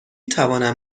توانم